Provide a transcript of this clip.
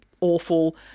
awful